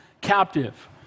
captive